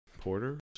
Porter